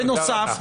בנוסף,